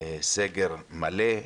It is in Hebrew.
סגר מלא.